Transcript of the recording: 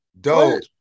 dope